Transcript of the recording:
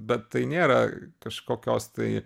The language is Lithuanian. bet tai nėra kažkokios tai